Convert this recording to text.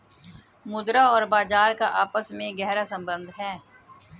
मुद्रा और बाजार का आपस में गहरा सम्बन्ध है